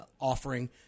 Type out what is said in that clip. offering